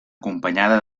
acompanyada